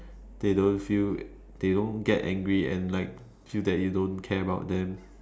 they don't feel they don't get angry and like feel that you don't care about them